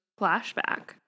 flashback